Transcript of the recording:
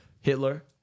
Hitler